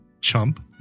Chump